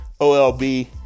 OLB